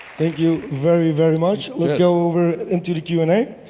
thank you very, very much. let's go over into the q and a.